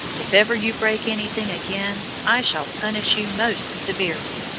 if ever you break anything again, i shall punish you most severely.